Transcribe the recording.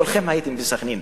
כולכם הייתם בסח'נין.